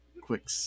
quick